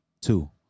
Two